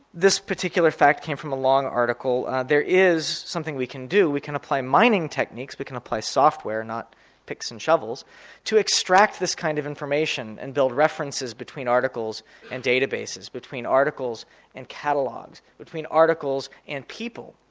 this particular fact came from a long article. there is something we can do, we can apply mining techniques, we can apply software, not picks and shovels to extract this kind of information and build references between articles and databases, between articles and catalogues, between articles and people.